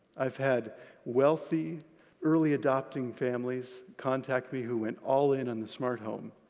i've had wealthy early-adopting families contact me who went all in on the smart home,